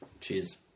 Cheers